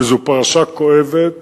וזאת פרשה כואבת,